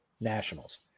Nationals